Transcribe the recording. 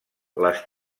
les